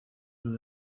club